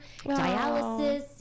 dialysis